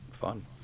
fun